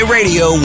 Radio